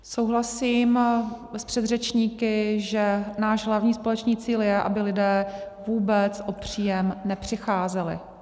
Souhlasím s předřečníky, že náš hlavní společný cíl je, aby lidé vůbec o příjem nepřicházeli.